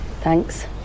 Thanks